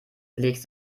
legt